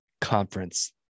conference